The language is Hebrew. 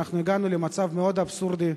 אנחנו הגענו למצב אבסורדי מאוד,